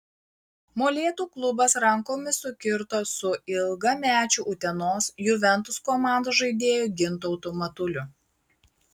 molėtų klubas rankomis sukirto su ilgamečiu utenos juventus komandos žaidėju gintautu matuliu